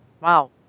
Wow